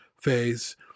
phase